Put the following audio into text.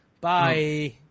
Bye